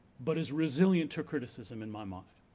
but is resilient to criticism in my mind.